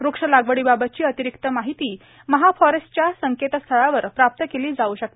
वृक्ष लागवडीबाबतची अतिरिक्त माहिती महाफारेस्टच्या संकेतस्थळावर प्राप्त केली जाऊ शकते